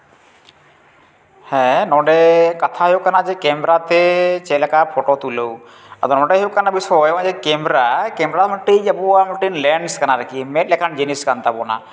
ᱦᱮᱸ ᱱᱚᱰᱮ ᱠᱟᱛᱷᱟ ᱦᱩᱭᱩᱜ ᱠᱟᱱᱟ ᱡᱮ ᱠᱮᱢᱮᱨᱟ ᱛᱮ ᱪᱮᱫᱞᱮᱠᱟ ᱯᱷᱚᱴᱳ ᱛᱩᱞᱟᱹᱣ ᱱᱚᱰᱮ ᱦᱩᱭᱩᱜ ᱠᱟᱱᱟ ᱵᱤᱥᱚᱭ ᱱᱚᱜᱼᱚᱭ ᱡᱮ ᱠᱮᱢᱮᱨᱟ ᱠᱮᱢᱮᱨᱟ ᱢᱤᱫᱴᱤᱡ ᱟᱵᱚᱣᱟᱜ ᱢᱤᱫᱴᱤᱡ ᱞᱮᱱᱥ ᱠᱟᱱᱟ ᱟᱨᱠᱤ ᱢᱮᱫ ᱞᱮᱠᱟᱱ ᱡᱤᱱᱤᱥ ᱠᱟᱱ ᱛᱟᱵᱚᱱᱟ